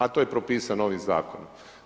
A to je propisano ovim Zakonom.